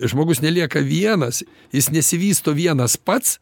žmogus nelieka vienas jis nesivysto vienas pats